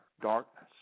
darkness